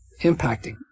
impacting